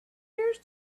years